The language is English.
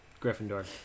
Gryffindor